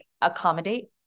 accommodate